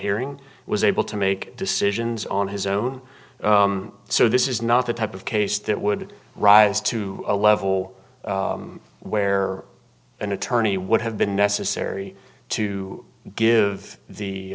hearing was able to make decisions on his own so this is not the type of case that would rise to a level where an attorney would have been necessary to give the